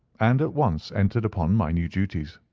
and at once entered upon my new duties.